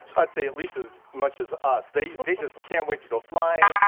i'd say, at least as much as us. they they just can't wait to go flying,